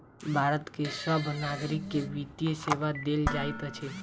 भारत के सभ नागरिक के वित्तीय सेवा देल जाइत अछि